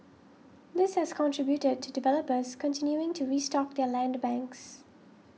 this has contributed to developers continuing to restock their land banks